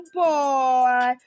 boy